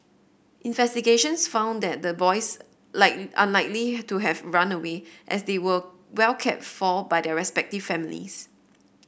investigations found that the boys like unlikely to have run away as they were well cared for by their respective families